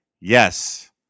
Yes